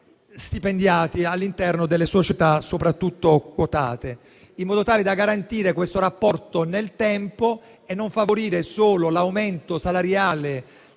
stipendiati all'interno delle società, soprattutto di quelle quotate, in modo tale da garantire questo rapporto nel tempo, senza favorire solo l'aumento salariale